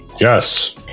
Yes